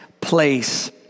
place